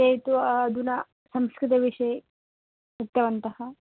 ते तु अधुना संस्कृतविषये उक्तवन्तः